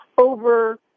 over